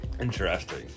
Interesting